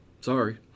sorry